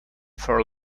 for